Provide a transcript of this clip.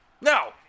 No